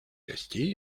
гостей